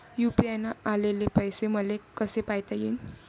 UPI न आलेले पैसे मले कसे पायता येईन?